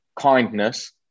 kindness